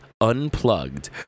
Unplugged